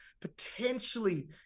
potentially